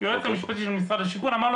היועץ המשפטי של משרד השיכון אמר לו